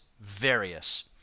various